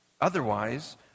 Otherwise